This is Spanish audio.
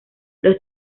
los